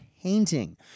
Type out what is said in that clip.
painting